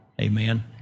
amen